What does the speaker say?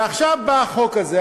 ועכשיו בא החוק הזה,